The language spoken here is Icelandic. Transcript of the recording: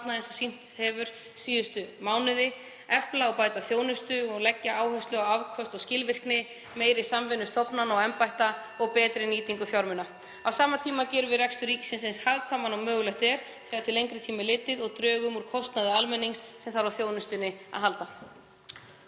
eins sýnt hefur verið síðustu mánuði, efla og bæta þjónustu og leggja áherslu á afköst og skilvirkni, meiri samvinnu stofnana (Forseti hringir.) og embætta og betri nýtingu fjármuna. Á sama tíma gerum við rekstur ríkisins eins hagkvæman og mögulegt er þegar til lengri tíma er litið og drögum úr kostnaði almennings sem þarf á þjónustunni að halda.